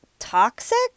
toxic